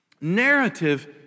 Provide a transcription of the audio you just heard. narrative